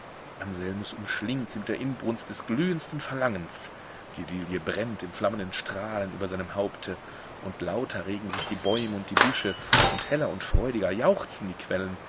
anselmus umschlingt sie mit der inbrunst des glühendsten verlangens die lilie brennt in flammenden strahlen über seinem haupte und lauter regen sich die bäume und die büsche und heller und freudiger jauchzen die quellen